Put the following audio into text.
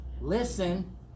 listen